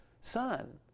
son